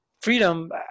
freedom